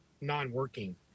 non-working